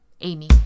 Amy